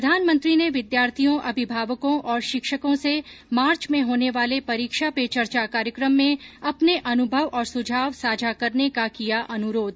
प्रधानमंत्री ने विद्यार्थियों अभिभावकों और शिक्षकों से मार्च में होने वाले परीक्षा पे चर्चा कार्यक्रम में अपने अनुभव और सुझाव साझा करने का किया अनुरोध